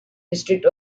district